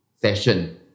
session